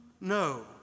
No